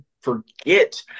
forget